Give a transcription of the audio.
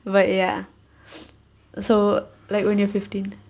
but ya so like when you're fifteen